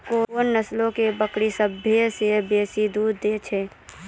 कोन नस्लो के बकरी सभ्भे से बेसी दूध दै छै?